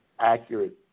accurate